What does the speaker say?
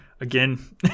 Again